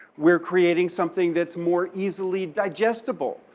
we're creating something that's more easily digestible.